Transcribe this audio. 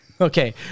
Okay